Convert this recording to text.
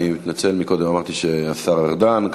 אני מתנצל, קודם אמרתי שהשר ארדן ישיב.